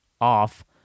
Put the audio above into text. off